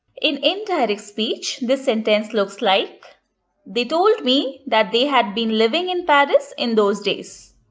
in indirect speech, this sentence looks like they told me that they had been living in paris in those days.